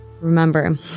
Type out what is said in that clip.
remember